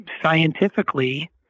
scientifically